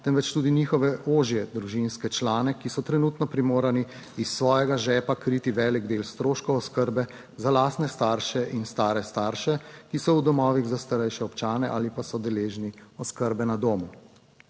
temveč tudi njihove ožje družinske člane, ki so trenutno primorani iz svojega žepa kriti velik del stroškov oskrbe za lastne starše in stare starše, ki so v domovih za starejše občane ali pa so deležni oskrbe na domu.